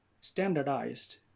standardized